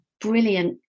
brilliant